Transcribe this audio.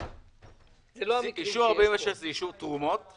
סעיף 61. אישור לעניין סעיף 46 הוא אישור תרומות,